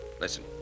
Listen